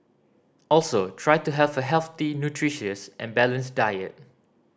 also try to have a healthy nutritious and balanced diet